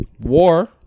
war